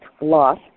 loss